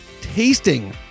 tasting